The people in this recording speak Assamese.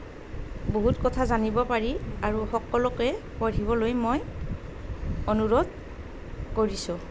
বহুত কথা জানিব পাৰি আৰু সকলোকে পঢ়িবলৈ মই অনুৰোধ কৰিছোঁ